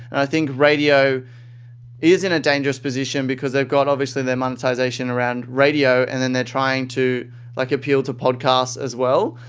think radio is in a dangerous position because they've got, obviously, their monetisation around radio and then they're trying to like appeal to podcast as well.